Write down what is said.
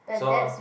so